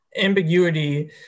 ambiguity